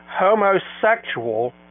homosexual